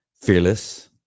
Fearless